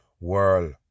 world